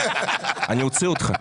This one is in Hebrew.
אני אוציא אותך.